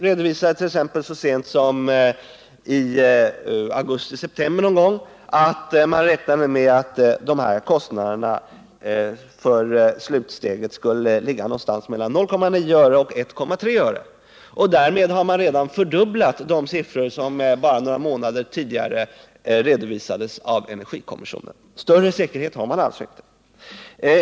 redovisade så sent som i augusti-september att man räknade med att kostnaderna för slutsteget skulle ligga någonstans mellan 0,9 och 1,3 öre. Därmed har man redan fördubblat de siffror som bara några månader tidigare redovisades av energikommissionen. Större säkerhet har man alltså inte.